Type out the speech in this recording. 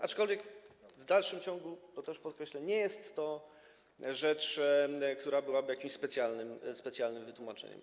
Aczkolwiek w dalszym ciągu - to też podkreślam - nie jest to rzecz, która byłaby jakimś specjalnym wytłumaczeniem.